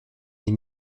les